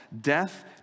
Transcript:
death